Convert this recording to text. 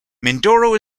mindoro